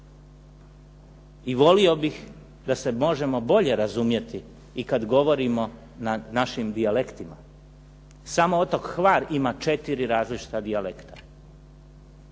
i volio bih da se možemo bolje razumjeti i kad govorimo na našim dijalektima. Samo otok Hvar ima 4 različita dijalekta.